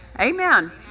Amen